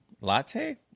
latte